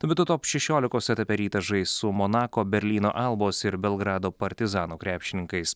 tuo metu top šešiolikos etape rytas žais su monako berlyno albos ir belgrado partizano krepšininkais